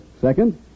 Second